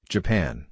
Japan